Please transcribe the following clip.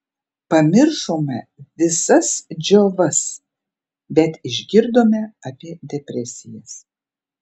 pamiršome visas džiovas bet išgirdome apie depresijas